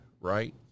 right